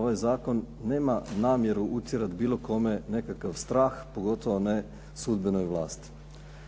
ovaj zakon nema namjeru utjerat bilo kome nekakav strah, pogotovo ne sudbenoj vlasti.